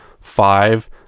five